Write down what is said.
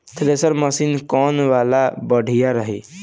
Thresher machine कौन वाला बढ़िया रही?